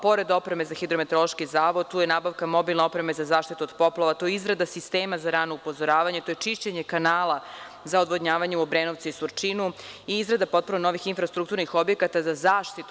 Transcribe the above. Pored opreme za RHMZ, tu je nabavka mobilne opreme za zaštitu od poplava, tu je izrada sistema za rano upozoravanje, tu je čišćenje kanala za odvodnjavanje u Obrenovcu i Surčinu i izrada potpuno novih infrastrukturnih objekata za zaštitu.